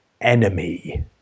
enemy